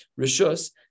rishus